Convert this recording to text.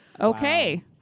Okay